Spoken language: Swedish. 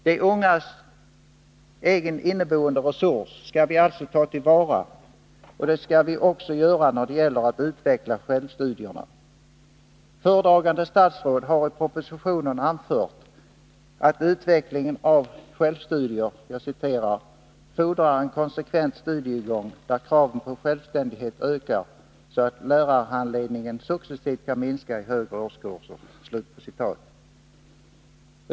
De ungas egen inneboende resurs skall vi alltså ta till vara, och det skall vi också göra när det gäller att utveckla självstudierna. Föredragande statsrådet har i propositionen anfört att utvecklingen av självstudier ”fordrar en konsekvent studiegång, där kraven på självständighet ökar så att lärarhandledningen successivt kan minska i högre årskurser”.